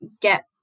get